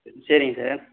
சரிங்க சார்